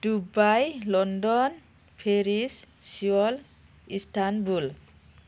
Dubai London Paris Seoul Istanbul